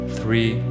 three